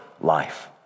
life